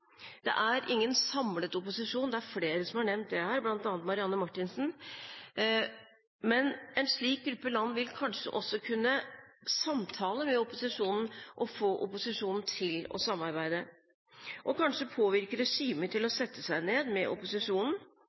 det er det flere som har nevnt her, bl.a. Marianne Marthinsen. Men en slik gruppe land vil kanskje også kunne samtale med opposisjonen og få opposisjonen til å samarbeide og kanskje påvirke regimet til å sette seg ned med opposisjonen.